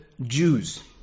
Jews